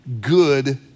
good